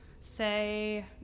say